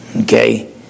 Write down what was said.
Okay